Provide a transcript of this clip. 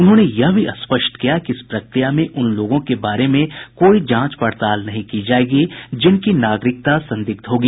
उन्होंने यह भी स्पष्ट किया कि इस प्रक्रिया में उन लोगों के बारे में कोई जांच पड़ताल नहीं की जायेगी जिनकी नागरिकता संदिग्ध होगी